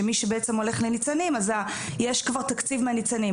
שמי שבעצם הולך לניצנים, אז יש כבר תקציב מניצנים.